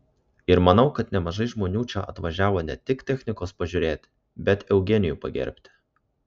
ir manau kad nemažai žmonių čia atvažiavo ne tik technikos pažiūrėti bet eugenijų pagerbti